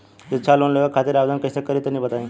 शिक्षा लोन लेवे खातिर आवेदन कइसे करि तनि बताई?